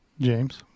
James